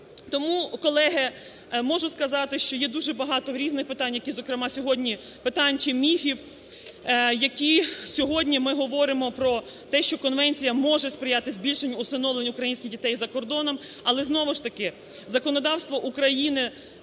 Тому, колеги, можу сказати, що є дуже багато різних питань, які зокрема сьогодні, питань чи міфів, які… Сьогодні ми говоримо про те, що конвенція може сприяти збільшенню усиновленню українських дітей за кордоном, але знову ж таки законодавство України